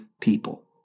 people